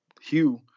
Hugh